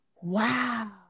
Wow